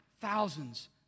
thousands